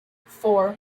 four